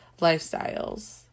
lifestyles